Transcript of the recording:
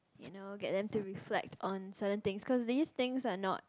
you know get them to reflect on certain thing cause least thing are not